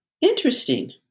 interesting